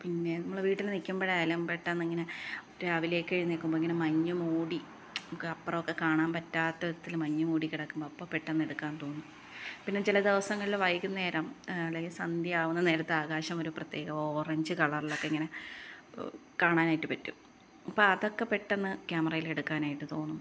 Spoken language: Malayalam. പിന്നെ നമ്മൾ വീട്ടിൽ നില്ക്കുമ്പോഴായാലും പെട്ടെന്ന് ഇങ്ങനെ രാവിലെ ഒക്കെ എഴുന്നേല്ക്കുമ്പോൾ ഇങ്ങനെ മഞ്ഞുമൂടി ഒക്കെ അപ്പുറം ഒക്കെ കാണാന് പറ്റാത്ത വിധത്തിൽ മഞ്ഞ് മൂടി കിടക്കുമ്പോൾ അപ്പോൾ പെട്ടെന്ന് എടുക്കാന് തോന്നും പിന്നെ ചില ദിവസങ്ങളിൽ വൈകുന്നേരം അല്ലെങ്കിൽ സന്ധ്യ ആകുന്ന നേരത്ത് ആകാശം ഒരു പ്രത്യേക ഓറഞ്ച് കളറിലൊക്കെ ഇങ്ങനെ കാണാനായിട്ട് പറ്റും അപ്പം അതൊക്കെ പെട്ടെന്ന് ക്യാമറയിലെടുക്കാനായിട്ട് തോന്നും